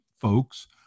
folks